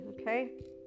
okay